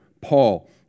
Paul